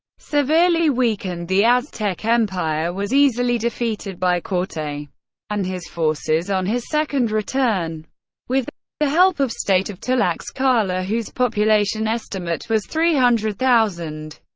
severely weakened, the aztec empire was easily defeated by cortes and his forces on his second return with the help of state of tlaxcala whose population estimate was three hundred thousand.